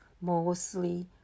mostly